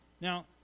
Now